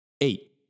Eight